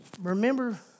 remember